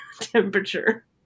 temperature